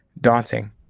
daunting